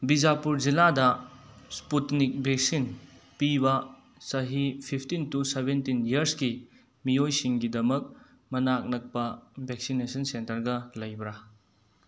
ꯕꯤꯖꯥꯄꯨꯔ ꯖꯤꯜꯂꯥꯗ Sputnik vaccine ꯄꯤꯕ ꯆꯍꯤ ꯐꯤꯞꯇꯤꯟ ꯇꯨ ꯁꯕꯦꯟꯇꯤꯟꯒꯤ ꯌꯤꯔꯁꯀꯤ ꯃꯤꯑꯣꯏꯁꯤꯡꯒꯤꯗꯃꯛ ꯃꯅꯥꯛ ꯅꯛꯄ ꯕꯦꯛꯁꯤꯅꯦꯁꯟ ꯁꯦꯟꯇꯔꯒ ꯂꯩꯕ꯭ꯔ